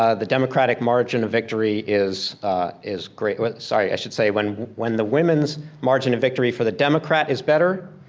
ah the democratic margin of victory is is great, sorry, i should say, when when the women's margin of victory for the democrat is better,